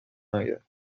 navidad